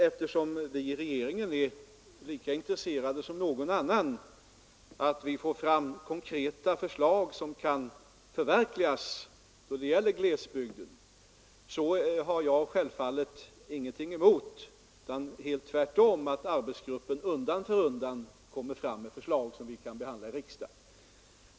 Eftersom regeringen är lika intresserad som någon annan av att få fram konkreta förslag beträffande glesbygden vilka kan förverkligas, så har jag självfallet ingenting emot — tvärtom — att arbetsgruppen undan för undan kommer med förslag som vi kan behandla i riksdagen.